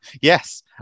yes